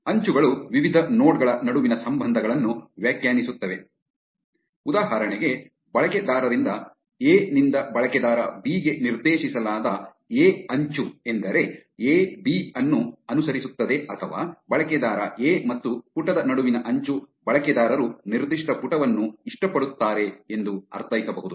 ಅಂಚುಗಳು ವಿವಿಧ ನೋಡ್ ಗಳ ನಡುವಿನ ಸಂಬಂಧಗಳನ್ನು ವ್ಯಾಖ್ಯಾನಿಸುತ್ತವೆ ಉದಾಹರಣೆಗೆ ಬಳಕೆದಾರರಿಂದ ಎ ನಿಂದ ಬಳಕೆದಾರ ಬಿ ಗೆ ನಿರ್ದೇಶಿಸಲಾದ ಎ ಅಂಚು ಎಂದರೆ ಎ ಬಿ ಅನ್ನು ಅನುಸರಿಸುತ್ತದೆ ಅಥವಾ ಬಳಕೆದಾರ ಎ ಮತ್ತು ಪುಟದ ನಡುವಿನ ಅಂಚು ಬಳಕೆದಾರರು ನಿರ್ದಿಷ್ಟ ಪುಟವನ್ನು ಇಷ್ಟಪಡುತ್ತಾರೆ ಎಂದು ಅರ್ಥೈಸಬಹುದು